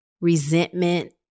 Resentment